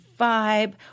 vibe